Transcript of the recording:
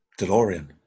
DeLorean